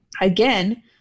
again